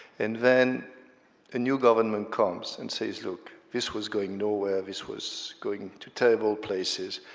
and then a new government comes and says, look this was going nowhere, this was going to terrible places,